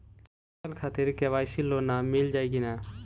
फसल खातिर के.सी.सी लोना मील जाई किना?